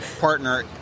partner